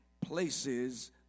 places